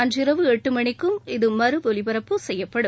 அன்று இரவு எட்டு மணிக்கும் இது மறு ஒலிபரப்பு செய்யப்படும்